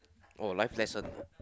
oh life lesson